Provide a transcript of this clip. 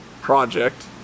Project